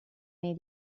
may